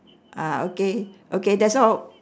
ah okay okay that's all